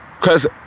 Cause